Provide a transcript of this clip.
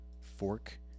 fork